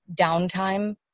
downtime